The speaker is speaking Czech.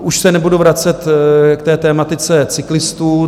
Už se nebudu vracet k té tematice cyklistů.